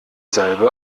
salbe